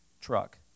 truck